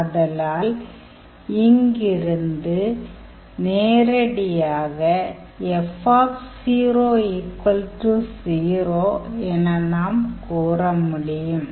ஆதலால் இங்கிருந்து நேரடியாக F00 என நாம் கூறமுடியும்